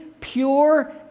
pure